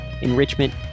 enrichment